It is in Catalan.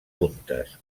puntes